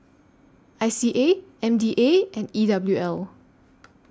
I C A M D A and E W L